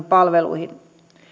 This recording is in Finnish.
palveluihin